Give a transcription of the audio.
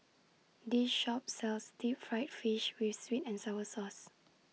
This Shop sells Deep Fried Fish with Sweet and Sour Sauce